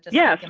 yeah,